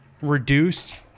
reduced